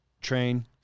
Train